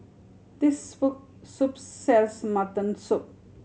this soup sells mutton soup